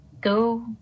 go